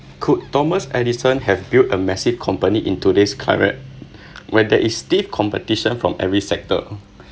could thomas edison have built a massive company in today's climate when there is stiff competition from every sector